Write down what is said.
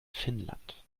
finnland